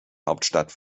hauptstadt